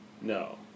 No